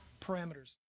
parameters